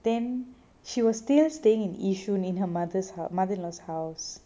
then she was still staying in yishun in her mother's mother in law's house